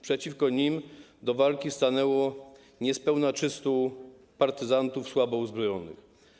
Przeciwko nim do walki stanęło niespełna 300 partyzantów słabo uzbrojonych.